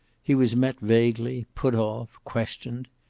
he was met vaguely, put off, questioned.